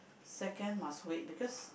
second must wait because